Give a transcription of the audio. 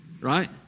Right